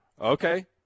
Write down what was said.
Okay